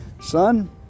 son